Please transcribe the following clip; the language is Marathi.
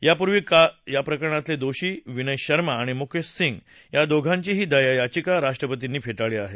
यापूर्वी या प्रकरणातले दोषी विनय शर्मा आणि मुकेश सिंग या दोघांचीही दया याचिका राष्ट्रपतींनी फेटाळली आहे